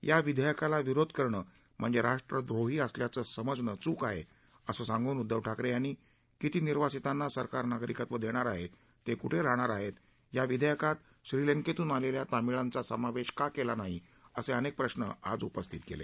या विघेयकाला विरोध करणं म्हणजे राष्ट्रद्रोही असल्याचं समजणं चूक आहे असं सांगून उद्दव ठाकरे यांनी किती निर्वासिताना सरकार नागरिकत्व देणार आहे ते कुठे राहणार आहेत या विधेयकात श्रीलंकेतून आलेल्या तामिळांचा समावेश का केला नाही असे अनेक प्रश्न आज उपस्थित केले